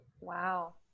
Wow